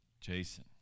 Jason